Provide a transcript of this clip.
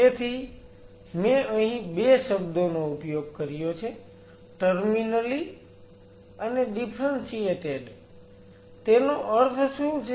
તેથી મેં અહીં 2 શબ્દોનો ઉપયોગ કર્યો છે ટર્મીનલી ડીફ્રન્સીયેટેડ તેનો અર્થ શું છે